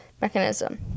mechanism